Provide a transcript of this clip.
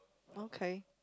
okay